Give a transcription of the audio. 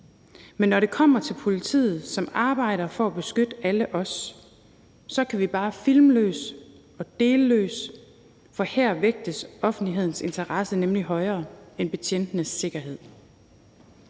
Men når det kommer til politiet, som arbejder for at beskytte alle os, kan vi bare filme løs og dele løs, for her vægtes offentlighedens interesse nemlig højere end betjentenes sikkerhed.